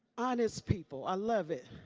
honest people. i love it.